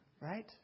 right